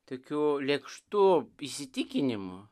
tokiu lėkštu įsitikinimu